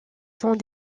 sont